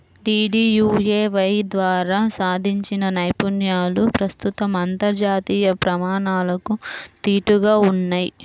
DDUAY ద్వారా సాధించిన నైపుణ్యాలు ప్రస్తుతం అంతర్జాతీయ ప్రమాణాలకు దీటుగా ఉన్నయ్